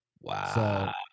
Wow